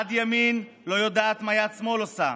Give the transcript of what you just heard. יד ימין אינה יודעת מה יד שמאל עושה,